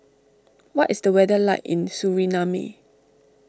what is the weather like in Suriname